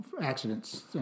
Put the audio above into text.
accidents